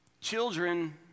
Children